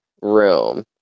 room